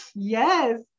Yes